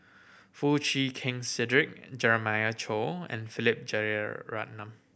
Foo Chee Keng Cedric Jeremiah Choy and Philip Jeyaretnam